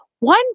One